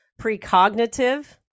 precognitive